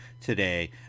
today